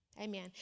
Amen